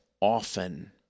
often